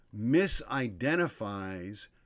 misidentifies